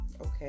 Okay